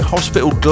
Hospital